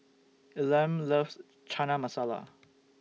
Elam loves Chana Masala